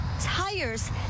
tires